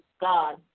God